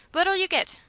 what'll you get?